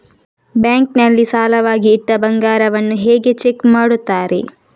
Bank ನಲ್ಲಿ ಸಾಲವಾಗಿ ಇಟ್ಟ ಬಂಗಾರವನ್ನು ಹೇಗೆ ಚೆಕ್ ಮಾಡುತ್ತಾರೆ?